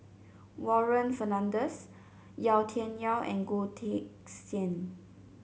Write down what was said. Warren Fernandez Yau Tian Yau and Goh Teck Sian